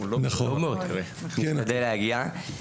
משתדל להגיע.